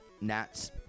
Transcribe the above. Nats